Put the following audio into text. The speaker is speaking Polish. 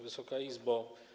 Wysoka Izbo!